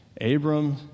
Abram